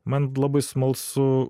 man labai smalsu